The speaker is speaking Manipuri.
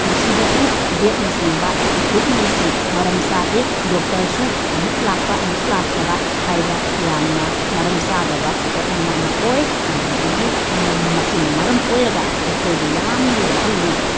ꯃꯁꯤꯗꯁꯨ ꯕꯦꯠꯅꯆꯤꯡꯕ ꯏꯀ꯭ꯋꯤꯞꯃꯦꯟꯁꯤꯡ ꯃꯔꯝ ꯆꯥꯗꯦ ꯗꯣꯛꯇꯔꯁꯨ ꯑꯃꯨꯛ ꯂꯥꯛꯄ ꯑꯃꯨꯛ ꯂꯛꯇꯕ ꯍꯥꯏꯕ ꯌꯥꯝꯅ ꯃꯔꯝ ꯆꯥꯗꯕ ꯄꯣꯠꯂꯝ ꯑꯃ ꯑꯣꯏ ꯑꯗꯨꯗꯒꯤ ꯃꯁꯤꯅ ꯃꯔꯝ ꯑꯣꯏꯔꯒ ꯑꯩꯈꯣꯏꯗ ꯌꯥꯝꯅ ꯋꯥꯍꯜꯂꯤ